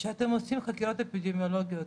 כשאתם עושים חקירות אפידמיולוגיות,